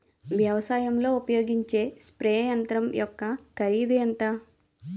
వ్యవసాయం లో ఉపయోగించే స్ప్రే యంత్రం యెక్క కరిదు ఎంత?